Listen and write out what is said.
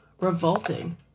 revolting